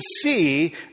see